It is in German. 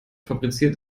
fabriziert